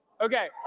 Okay